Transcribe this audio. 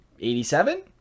87